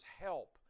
help